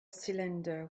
cylinder